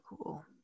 cool